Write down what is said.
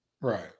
Right